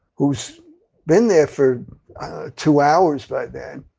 who's been there for two hours by then,